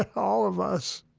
all of us